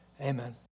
Amen